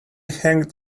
hanged